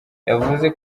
yavuze